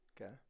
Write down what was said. Okay